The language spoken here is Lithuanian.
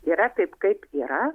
yra taip kaip yra